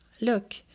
Look